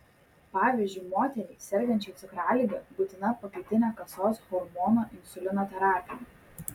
pavyzdžiui moteriai sergančiai cukralige būtina pakaitinė kasos hormono insulino terapija